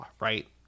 right